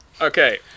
Okay